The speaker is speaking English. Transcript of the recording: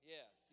Yes